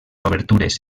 obertures